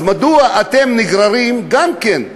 אז מדוע אתם נגררים גם כן?